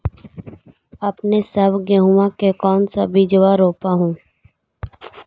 अपने सब गेहुमा के कौन सा बिजबा रोप हू?